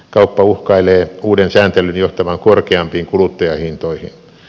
kauppa uhkailee uuden sääntelyn johtavan korkeampiin kuluttajahintoihin